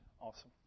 Awesome